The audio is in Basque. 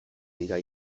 dira